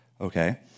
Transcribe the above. Okay